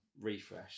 refresh